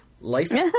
Life